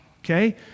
okay